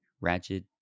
ratchet